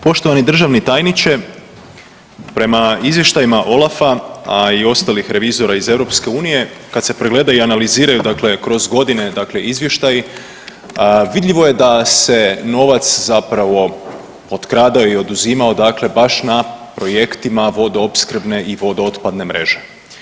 Poštovani državni tajniče prema izvještajima Olafa i ostalih revizora iz EU kad se pregledaju i analiziraju, dakle kroz godine, dakle izvještaji vidljivo je da se novac zapravo potkrada i oduzima, dakle baš na projektima vodoopskrbne i vodo otpadne mreže.